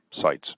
sites